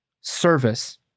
service